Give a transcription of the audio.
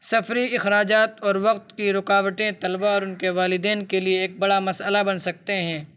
سفری اخراجات اور وقت کی رکاوٹیں طلباء اور ان کے والدین کے لیے ایک بڑا مسئلہ بن سکتے ہیں